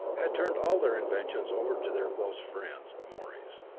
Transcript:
had turned all their inventions over to their close friends, the moreys.